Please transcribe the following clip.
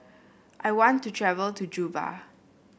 I want to travel to Juba